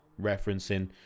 referencing